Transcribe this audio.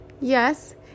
Yes